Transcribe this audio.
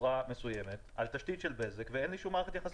חברה מסוימת על תשתית של בזק ואין לי שום מערכת יחסים עם בזק.